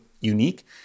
unique